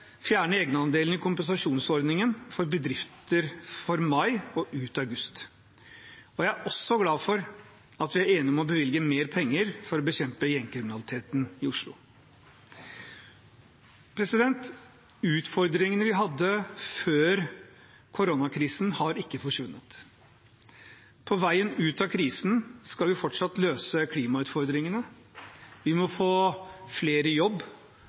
fjerne egenandelen i kompensasjonsordningen for bedrifter fra mai og ut august. Jeg er også glad for at vi er enige om å bevilge mer penger for å bekjempe gjengkriminaliteten i Oslo. Utfordringene vi hadde før koronakrisen, har ikke forsvunnet. På veien ut av krisen skal vi fortsatt løse klimautfordringene. Vi må få flere i jobb,